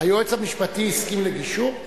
--- היועץ המשפטי הסכים לגישור?